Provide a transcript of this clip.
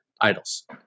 idols